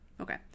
Okay